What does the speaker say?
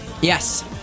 Yes